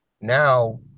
Now